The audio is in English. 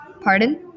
Pardon